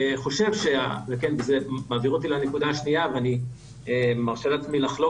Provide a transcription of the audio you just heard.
וזה מעביר לנקודה השנייה ואני מרשה לעצמי לחלוק